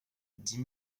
dix